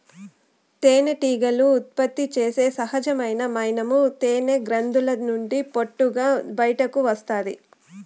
తేనెటీగలు ఉత్పత్తి చేసే సహజమైన మైనము తేనె గ్రంధుల నుండి పొట్టుగా బయటకు వస్తాది